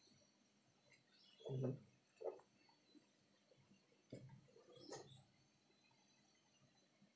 mmhmm